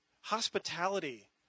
hospitality